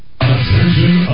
Attention